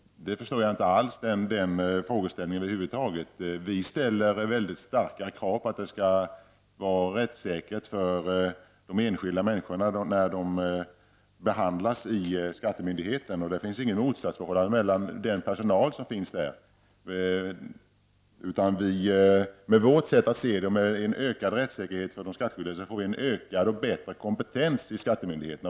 Jag förstår inte alls frågeställningen över huvud taget. Vi ställer väldigt starka krav på att det skall finnas rättssäkerhet för de enskilda människorna när de behandlas av skattemyndigheten. Det finns inget motsatsförhållande när det gäller skattemyndighetens personal. Med vårt sätt att se ökar rättssäkerheten för skattskyldiga om det är bättre kompetens i skattemyndigheten.